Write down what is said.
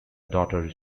daughter